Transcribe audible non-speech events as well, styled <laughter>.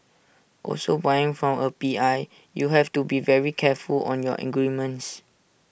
also buying from A P I you have to be very careful on your in <unintelligible>